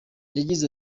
yagize